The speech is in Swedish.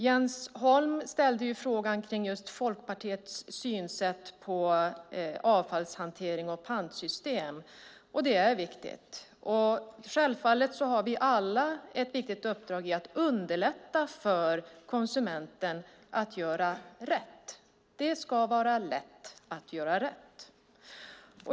Jens Holm frågade om Folkpartiets syn på avfallshantering och pantsystem. Det är viktigt, och självfallet har vi alla ett viktigt uppdrag i att underlätta för konsumententen att göra rätt. Det ska vara lätt att göra rätt.